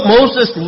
Moses